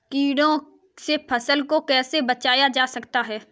कीटों से फसल को कैसे बचाया जा सकता है?